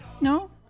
No